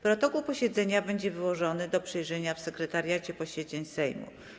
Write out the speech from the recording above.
Protokół posiedzenia będzie wyłożony do przejrzenia w Sekretariacie Posiedzeń Sejmu.